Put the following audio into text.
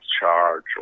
charge